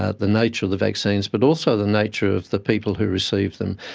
ah the nature of the vaccines, but also the nature of the people who receive them.